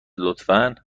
لطفا